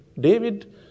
David